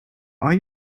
are